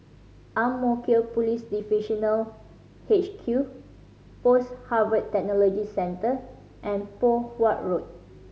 Ang Mo Kio Police Divisional H Q Post Harvest Technology Centre and Poh Huat Road